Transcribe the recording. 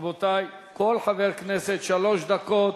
רבותי, כל חבר כנסת שלוש דקות.